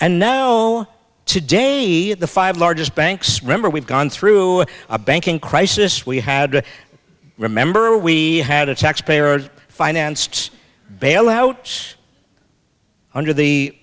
and now today at the five largest banks remember we've gone through a banking crisis we had to remember we had a taxpayer financed bailouts under the